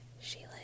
Sheila